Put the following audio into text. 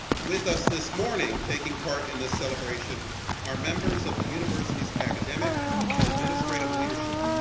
with us this morning taking part in the celebration are members of the university's academic and administrative leadership.